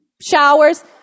showers